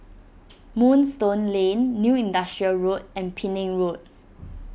Moonstone Lane New Industrial Road and Penang Road